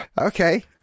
Okay